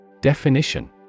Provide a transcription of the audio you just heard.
Definition